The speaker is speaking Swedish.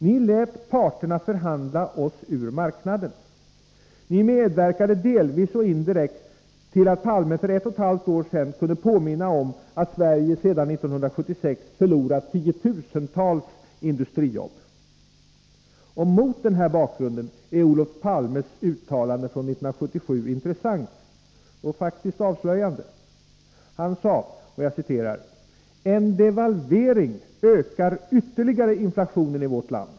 Ni lät parterna förhandla oss ur marknaden. Ni medverkade delvis och indirekt till att Palme för ett och ett halvt år sedan kunde påminna om att Sverige sedan 1976 förlorat tiotusentals industrijobb. Mot denna bakgrund är Olof Palmes uttalande från 1977 intressant och avslöjande. Han sade: ”En devalvering ökar ytterligare inflationen i vårt land.